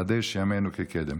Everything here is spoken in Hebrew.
חדש ימינו כקדם".